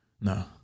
No